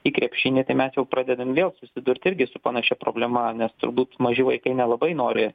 į krepšinį tai mes jau pradedam vėl susidurt irgi su panašia problema nes turbūt maži vaikai nelabai nori